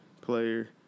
player